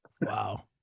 Wow